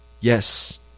Yes